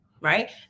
right